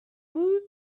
woot